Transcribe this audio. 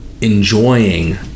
enjoying